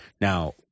now